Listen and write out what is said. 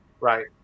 Right